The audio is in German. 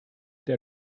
der